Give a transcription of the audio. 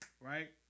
right